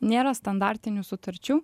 nėra standartinių sutarčių